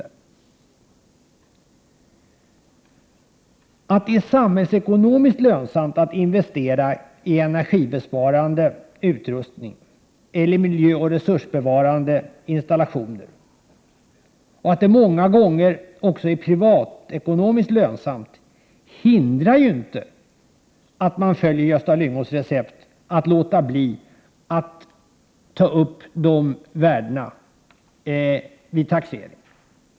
Det förhållandet att det är samhällsekonomiskt lönsamt att investera i energibesparande utrustning eller i miljöoch resursbevarande installationer liksom att detta många gånger också är privatekonomiskt lönsamt behöver ju inte hindra att man följer Gösta Lyngås recept att sådana tillgångar inte skall behöva tas upp vid taxeringen.